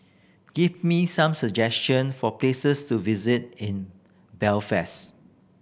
give me some suggestion for places to visit in Belfast